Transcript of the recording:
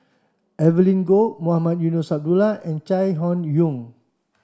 Evelyn Goh Mohamed Eunos Abdullah and Chai Hon Yoong